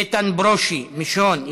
איתן ברושי, מיש הון.